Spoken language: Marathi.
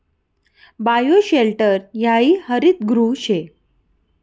बायोशेल्टर हायी हरितगृह शे